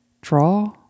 draw